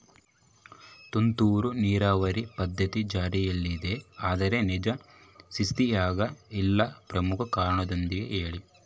ತುಂತುರು ನೇರಾವರಿ ಪದ್ಧತಿ ಜಾರಿಯಲ್ಲಿದೆ ಆದರೆ ನಿಜ ಸ್ಥಿತಿಯಾಗ ಇಲ್ಲ ಪ್ರಮುಖ ಕಾರಣದೊಂದಿಗೆ ಹೇಳ್ರಿ?